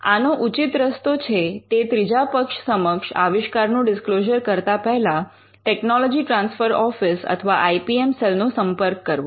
આનો ઉચિત રસ્તો છે તે ત્રીજા પક્ષ સમક્ષ આવિષ્કારનું ડિસ્ક્લોઝર કરતા પહેલા ટેકનોલોજી ટ્રાન્સફર ઓફિસ અથવા આઇ પી એમ સેલ નો સંપર્ક કરવો